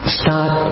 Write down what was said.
start